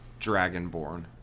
dragonborn